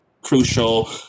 crucial